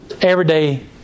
everyday